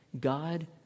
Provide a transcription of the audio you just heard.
God